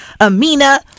Amina